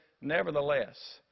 nevertheless